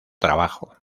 trabajo